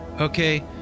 okay